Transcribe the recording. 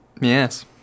Yes